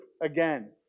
again